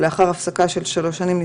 ולאחר הפסקה של שלוש שנים,